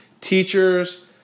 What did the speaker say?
teachers